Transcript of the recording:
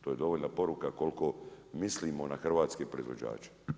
To je dovoljna poruka koliko mislimo na hrvatske proizvođače.